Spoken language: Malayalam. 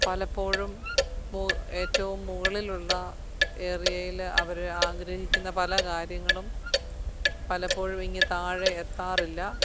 പലപ്പോഴും മു ഏറ്റവും മുകളിലുള്ള ഏരിയയില് അവര് ആഗ്രഹിക്കുന്ന പല കാര്യങ്ങളും പലപ്പോഴും ഇങ്ങ് താഴെ എത്താറില്ല